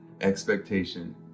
expectation